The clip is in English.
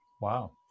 Wow